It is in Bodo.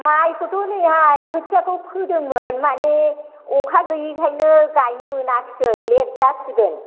माइखौथ' जोंना खोथियाखौ फोदोंमोन माने अखा गैयैखायनो गायनो मोनासै लेट जासिगोन